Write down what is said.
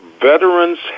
veterans